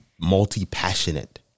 multi-passionate